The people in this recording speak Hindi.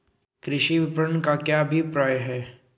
कृषि विपणन का क्या अभिप्राय है?